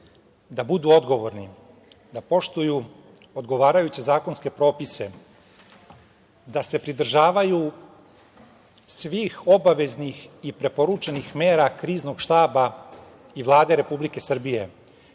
da budu odgovorni, da poštuju odgovarajuće zakonske propise, da se pridržavaju svih obaveznih i preporučenih mera Kriznog štaba i Vlade Republike Srbije